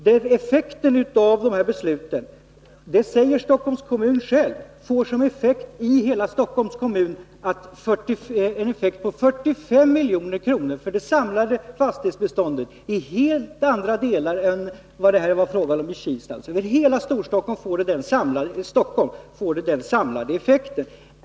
Dessa inslag får, säger Stockholms kommun själv, en effekt på 45 milj.kr. för det samlade fastighetsbeståndet, även i helt andra delar än Kista, som det här är fråga om. I hela Stockholm får de denna effekt.